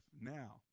Now